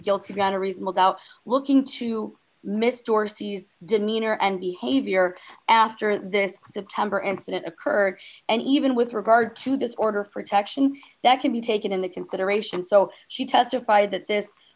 guilty beyond a reasonable doubt looking to miss dorsey's demeanor and behavior after this september incident occurred and even with regard to this order for to action that can be taken into consideration so she testified that this